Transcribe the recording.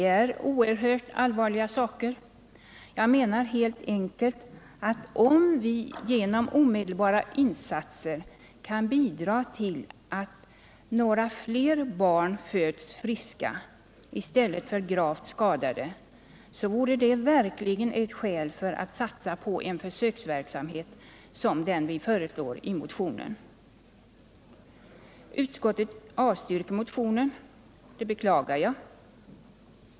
Frågorna är allvarliga, och om vi genom omedelbara insatser kan bidra till att några fler barn föds friska i stället för gravt skadade vore det verkligen ett skäl att satsa på en försöksverksamhet som den vi föreslår i motionen. Utskottet avstyrker motionen. Det beklagar jag.